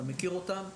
אתה מכיר אותם.